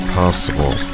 possible